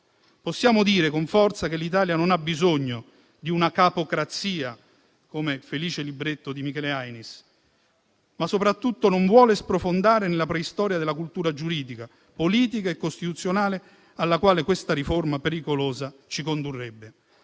Possiamo dire con forza che l'Italia non ha bisogno di una "capocrazia", come nel titolo del felice libro di Michele Ainis, ma soprattutto non vuole sprofondare nella preistoria della cultura giuridica, politica e costituzionale alla quale questa riforma pericolosa ci condurrebbe.